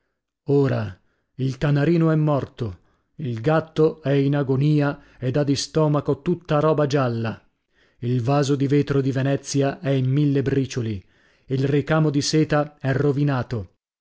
ora il canarino è morto il gatto è in agonia e dà di stomaco tutta roba gialla il vaso di vetro di venezia è in mille bricioli il ricamo di seta è rovinato